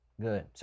good